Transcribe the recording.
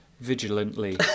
Vigilantly